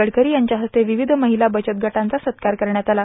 गडकरी यांच्या हस्ते विविध महिला बचत गटांचा सत्कार करण्यात आला